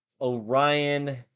Orion